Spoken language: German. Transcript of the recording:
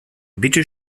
bitte